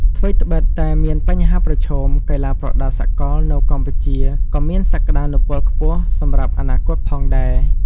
ថ្វីត្បិតតែមានបញ្ហាប្រឈម កីឡាប្រដាល់សកលនៅកម្ពុជាក៏មានសក្ដានុពលខ្ពស់សម្រាប់អនាគតផងដែរ.